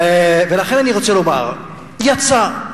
ולכן אני רוצה לומר, יצא,